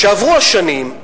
כשעברו השנים,